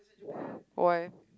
why